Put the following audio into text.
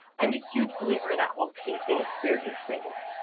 i'm a huge believer in that whole tasting experience things.